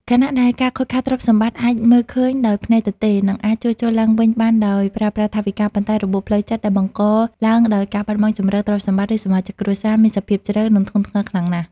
ខណៈដែលការខូចខាតទ្រព្យសម្បត្តិអាចមើលឃើញដោយភ្នែកទទេ និងអាចជួសជុលឡើងវិញបានដោយប្រើប្រាស់ថវិកា ប៉ុន្តែ របួសផ្លូវចិត្ត ដែលបង្កឡើងដោយការបាត់បង់ជម្រក ទ្រព្យសម្បត្តិ ឬសមាជិកគ្រួសារ មានសភាពជ្រៅ និងធ្ងន់ធ្ងរខ្លាំងណាស់។